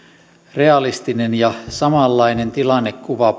realistinen ja samanlainen tilannekuva